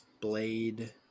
blade